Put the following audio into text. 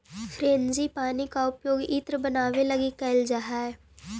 frangipani के उपयोग इत्र बनावे लगी कैइल जा हई